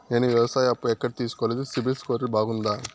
నేను వ్యవసాయం అప్పు ఎక్కడ తీసుకోలేదు, సిబిల్ స్కోరు బాగుందా?